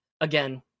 again